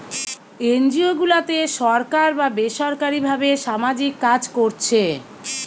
NGO গুলাতে সরকার বা বেসরকারী ভাবে সামাজিক কাজ কোরছে